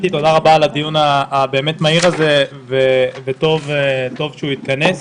תודה רבה על הדיון המהיר וטוב שהוא התכנס.